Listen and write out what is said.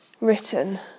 written